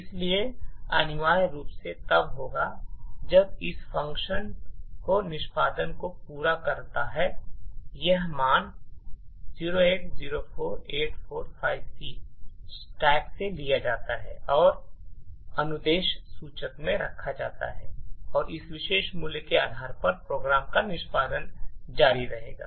इसलिए अनिवार्य रूप से तब होता है जब यह फ़ंक्शन निष्पादन को पूरा करता है यह मान 0804845C स्टैक से लिया जाता है और अनुदेश सूचक में रखा जाता है और इस विशेष मूल्य के आधार पर program का निष्पादन जारी रहेगा